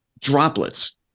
droplets